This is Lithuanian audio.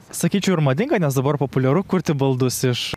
sakyčiau ir madinga nes dabar populiaru kurti baldus iš